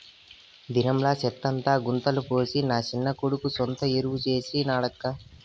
దినంలా సెత్తంతా గుంతల పోసి నా చిన్న కొడుకు సొంత ఎరువు చేసి నాడక్కా